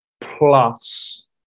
plus